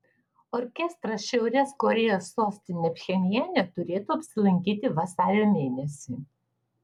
orkestras šiaurės korėjos sostinėje pchenjane turėtų apsilankyti vasario mėnesį